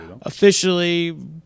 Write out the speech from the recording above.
officially